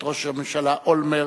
את ראש הממשלה אולמרט,